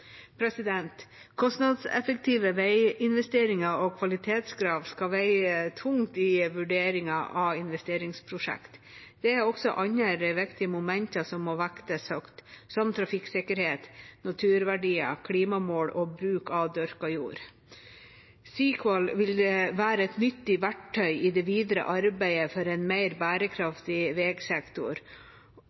Kostnadseffektive veiinvesteringer og kvalitetskrav skal veie tungt i vurderingen av investeringsprosjekt. Det er også andre viktige momenter som må vektes høyt, som trafikksikkerhet, naturverdier, klimamål og bruk av dyrka jord. CEEQUAL vil være et nyttig verktøy i det videre arbeidet for en mer bærekraftig